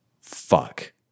fuck